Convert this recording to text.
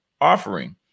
offering